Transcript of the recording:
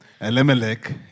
Elimelech